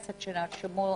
אפק.